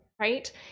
Right